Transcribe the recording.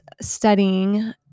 studying